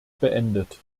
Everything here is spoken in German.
beendet